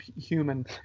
human